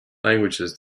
languages